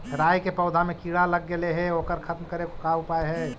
राई के पौधा में किड़ा लग गेले हे ओकर खत्म करे के का उपाय है?